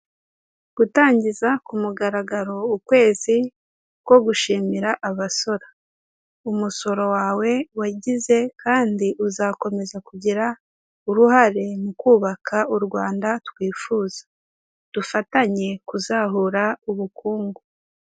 Gutangiza ku mugaragaro ukwezi ko gushimira abasora, umusoro wawe wagize kandi uzakomeza kugira uruhare mu kubaka u Rwanda twifuza, dufatanye kuzahura ubukungu.